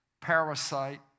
parasite